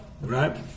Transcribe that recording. Right